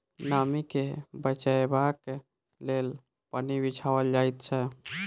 नमीं के बचयबाक लेल पन्नी बिछाओल जाइत छै